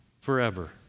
forever